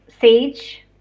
sage